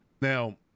Now